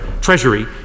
Treasury